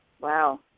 Wow